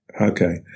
Okay